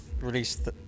released